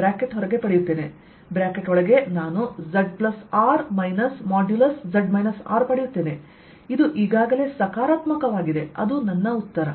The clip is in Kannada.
ಬ್ರಾಕೆಟ್ ಹೊರಗೆ ಪಡೆಯುತ್ತೇನೆ ಒಳಗೆ ನಾನು zR ಮೈನಸ್ ಮಾಡ್ಯುಲಸ್ ಪಡೆಯುತ್ತೇನೆ ಇದು ಈಗಾಗಲೇ ಸಕಾರಾತ್ಮಕವಾಗಿದೆ ಅದು ನನ್ನ ಉತ್ತರ